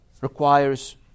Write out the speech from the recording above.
requires